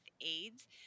AIDS